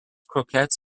croquettes